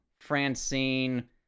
francine